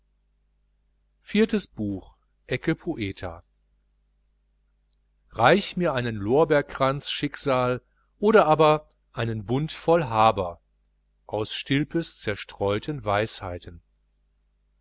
viertes buch reich mir einen lorbeerkranz schicksal oder aber einen bund voll haber aus stilpes zerstreuten weisheiten